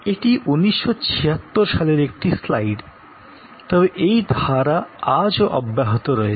এটি ১৯৭৬ সালের একটি স্লাইড তবে এই ধারা আজও অব্যাহত রয়েছে